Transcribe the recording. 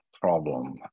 problem